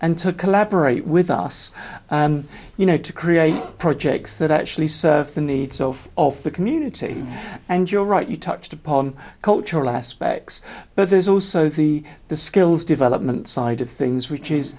and to collaborate with us you know to create projects that actually serve the needs of of the community and you're right you touched upon cultural aspects but there's also the the skills development side of things which is